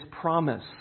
promise